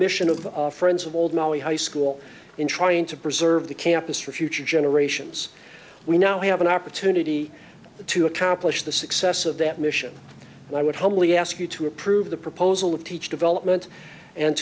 mission of the friends of old molly high school in trying to preserve the campus for future generations we now have an opportunity to accomplish the success of that mission and i would humbly ask you to approve the proposal of teach development and